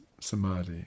samadhi